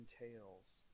entails